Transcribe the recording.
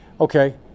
okay